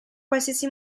qualsiasi